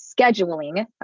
scheduling